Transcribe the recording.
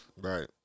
right